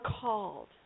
called